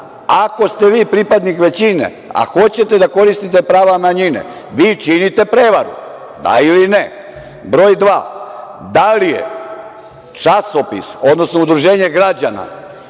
ste vi pripadnik većine, a hoćete da koristite prava manjine, vi činite prevaru. Da ili ne? Broj dva – da li je časopis, odnosno udruženje građana